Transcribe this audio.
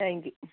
thank you